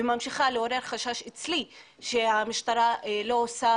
וממשיך לעורר חשש אצלי שהמשטרה לא עושה